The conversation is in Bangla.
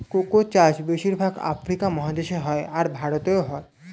কোকো চাষ বেশির ভাগ আফ্রিকা মহাদেশে হয়, আর ভারতেও হয়